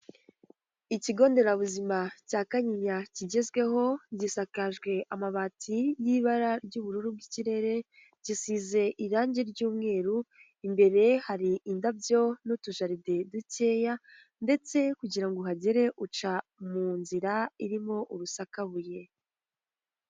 Ikigo nderabuzima cya Kanyinya kigezweho, gisakajwe amabati y'ibara ry'ubururu bw'ikirere, gisize irangi ry'umweru, imbere hari indabyo n'utujaride dukeya, ndetse kugirango uhagere uca mu nzira irimo urusakabuye.